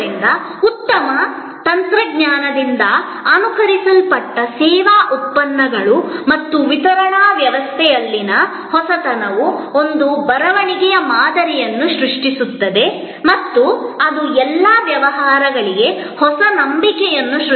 ಆದ್ದರಿಂದ ಉತ್ತಮ ತಂತ್ರಜ್ಞಾನದಿಂದ ಅನುಕರಿಸಲ್ಪಟ್ಟ ಸೇವಾ ಉತ್ಪನ್ನಗಳು ಮತ್ತು ವಿತರಣಾ ವ್ಯವಸ್ಥೆಯಲ್ಲಿನ ಹೊಸತನವು ಒಂದು ಬರವಣಿಗೆಯ ಮಾದರಿಯನ್ನು ಸೃಷ್ಟಿಸುತ್ತದೆ ಮತ್ತು ಅದು ಎಲ್ಲಾ ವ್ಯವಹಾರಗಳಿಗೆ ಹೊಸ ನಂಬಿಕೆಯನ್ನು ಸೃಷ್ಟಿಸುತ್ತಿದೆ